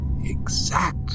exact